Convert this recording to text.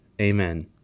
Amen